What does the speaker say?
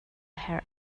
herh